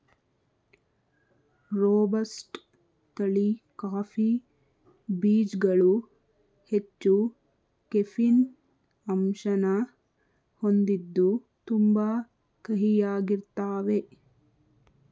robusta ತಳಿ coffee ಬೀಜ್ಗಳು ಹೆಚ್ಚು ಕೆಫೀನ್ ಅಂಶನ ಹೊಂದಿದ್ದು ತುಂಬಾ ಕಹಿಯಾಗಿರ್ತಾವೇ